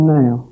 now